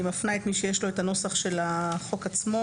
אני מפנה את מי שיש לו את הנוסח של החוק עצמו.